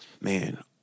man